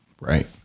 Right